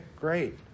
great